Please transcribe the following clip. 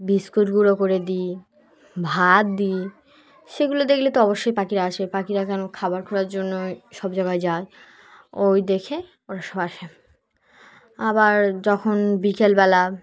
বিস্কুটগুঁড়ো করে দিই ভাত দিই সেগুলো দেখলে তো অবশ্যই পাখিরা আসে পাখিরা কেন খাবার খাওয়ার জন্যই সব জায়গায় যায় ওই দেখে ওরা সবাই আসে আবার যখন বিকেলবেলা